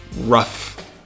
rough